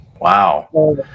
Wow